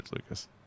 Lucas